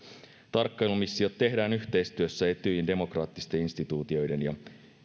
tarkkailumissiot tehdään yhteistyössä etyjin demokraattisten instituutioiden ja